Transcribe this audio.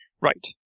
Right